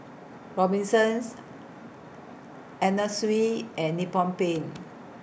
Robinsons Anna Sui and Nippon Paint